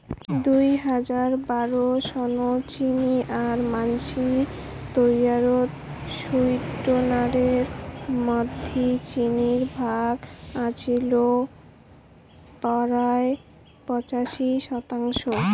দুই হাজার বারো সনত চিনি আর মানষি তৈয়ার সুইটনারের মধ্যি চিনির ভাগ আছিল পরায় পঁচাশি শতাংশ